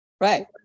right